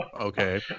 Okay